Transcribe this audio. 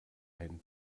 ein